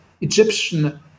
Egyptian